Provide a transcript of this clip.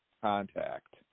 Contact